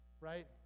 right